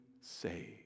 saved